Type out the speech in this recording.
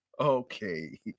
Okay